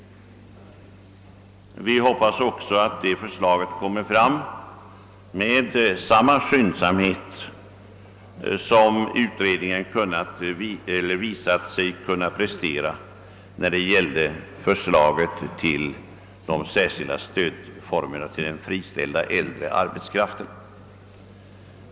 Vi hoppas att förslaget utarbetas med samma skyndsamhet som utredningen visade sig kunna prestera när det gällde förslaget rörande de särskilda stödformerna för den friställda äldre arbetskraften.